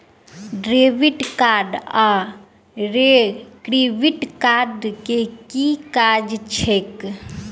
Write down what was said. Debit card आओर credit card केँ की काज छैक?